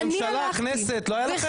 ממשלה כנסת לא היה לכם?